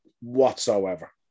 Whatsoever